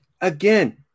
again